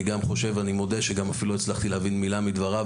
אני מודה שאפילו לא הצלחתי להבין מילה מדבריו,